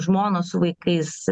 žmona su vaikais